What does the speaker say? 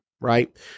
right